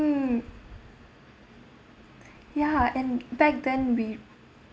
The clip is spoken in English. ya and back then we